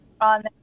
on